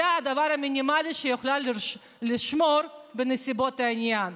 זה הדבר המינימלי שהיא יכלה לשמור בנסיבות העניין.